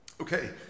Okay